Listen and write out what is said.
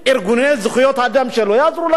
איזו מדינה אתם רוצים שאנחנו נהיה?